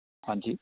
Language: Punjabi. ਹਾਂਜੀ